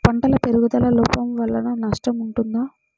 పంటల పెరుగుదల లోపం వలన నష్టము ఉంటుందా?